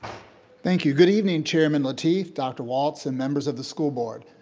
thank you, good evening, chairman lateef, dr. walt, and members of the school board.